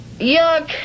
Yuck